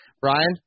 Brian